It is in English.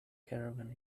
caravan